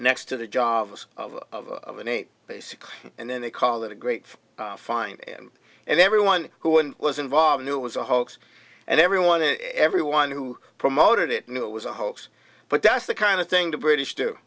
next to the jobs of an ape basically and then they call it a great find him and everyone who was involved knew it was a hoax and everyone and everyone who promoted it knew it was a hoax but that's the kind of thing the british do